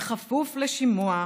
בכפוף לשימוע,